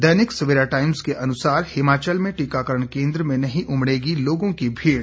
दैनिक Savera times के अनुसार हिमाचल में टीकाकरण केंद्र में नहीं उमडेगी लोगों की भीड़